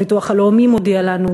הביטוח הלאומי מודיע לנו,